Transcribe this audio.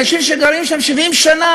אנשים שגרים שם 70 שנה,